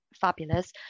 fabulous